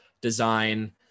design